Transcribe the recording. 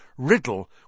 Riddle